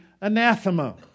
anathema